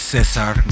Cesar